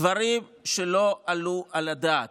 דברים שלא עלו על הדעת.